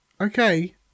okay